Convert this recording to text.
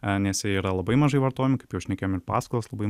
nes jie yra labai mažai vartojami kaip jau šnekėjom ir paskolos labai